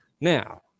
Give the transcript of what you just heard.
Now